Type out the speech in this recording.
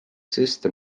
system